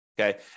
okay